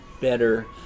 better